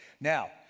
Now